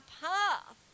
path